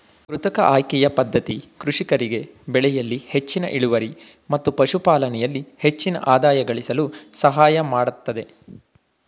ಕೃತಕ ಆಯ್ಕೆಯ ಪದ್ಧತಿ ಕೃಷಿಕರಿಗೆ ಬೆಳೆಯಲ್ಲಿ ಹೆಚ್ಚಿನ ಇಳುವರಿ ಮತ್ತು ಪಶುಪಾಲನೆಯಲ್ಲಿ ಹೆಚ್ಚಿನ ಆದಾಯ ಗಳಿಸಲು ಸಹಾಯಮಾಡತ್ತದೆ